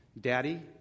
Daddy